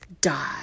die